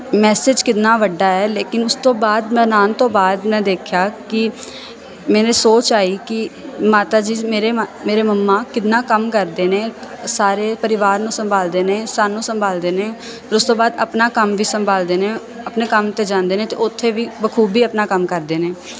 message ਕਿੰਨਾ ਵੱਡਾ ਹੈ ਲੇਕਿਨ ਉਸ ਤੋਂ ਬਾਅਦ ਬਣਾਉਣ ਤੋਂ ਬਾਅਦ ਮੈਂ ਦੇਖਿਆ ਕਿ ਮੈਨੂੰ ਸੋਚ ਆਈ ਕਿ ਮਾਤਾ ਜੀ ਮੇਰੀ ਮਾਂ ਮੇਰੇ ਮਮਾ ਕਿੰਨਾ ਕੰਮ ਕਰਦੇ ਨੇ ਸਾਰੇ ਪਰਿਵਾਰ ਨੂੰ ਸੰਭਾਲਦੇ ਨੇ ਸਾਨੂੰ ਸੰਭਾਲਦੇ ਨੇ ਫਿਰ ਉਸ ਤੋਂ ਬਾਅਦ ਆਪਣਾ ਕੰਮ ਵੀ ਸੰਭਾਲਦੇ ਨੇ ਆਪਣੇ ਕੰਮ 'ਤੇ ਜਾਂਦੇ ਨੇ ਅਤੇ ਉੱਥੇ ਵੀ ਬਖੂਬੀ ਆਪਣਾ ਕੰਮ ਕਰਦੇ ਨੇ